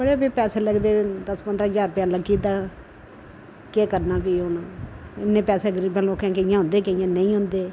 बड़े भी पैसे लगदे दस पंदरां ज्हार रपेया लग्गी जंदा केह् करना भी हून इ'न्ने पैसे गरीबें लोकें केइयें होंदे केइयें नेईं होंदे